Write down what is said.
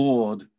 Lord